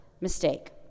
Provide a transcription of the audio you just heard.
mistake